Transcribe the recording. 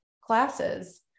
classes